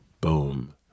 boom